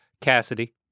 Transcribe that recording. Cassidy